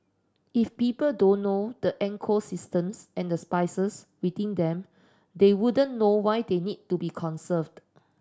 if people don't know the ecosystems and the species within them they wouldn't know why they need to be conserved